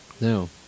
No